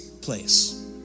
place